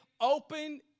Open